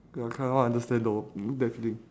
ya I cannot understand though that's the thing